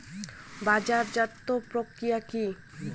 বাজারজাতও প্রক্রিয়া কি?